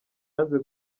yanze